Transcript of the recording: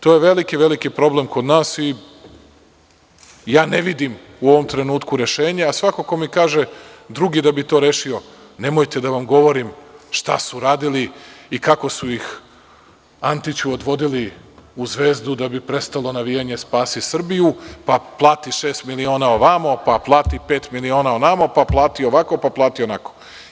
To je veliki, veliki problem kod nas i ja ne vidim u ovom trenutku rešenje, a svako ko mi kaže drugi da bi to rešio, nemojte da vam govorim šta su radili i kako su ih Antiću odvodili u Zvezdu da bi prestalo navijanje: „Spasi Srbiju!“, pa plati šest miliona ovamo, pa plati pet miliona onamo, pa plati ovako, pa plati onako.